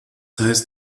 heißt